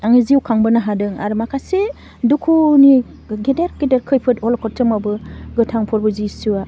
आंनि जिउ खांबोनो हादों आरो माखासे दुखुनि गेदेर गेदेर खैफोद अलखद समावबो गोथां फोरबु जिसुआ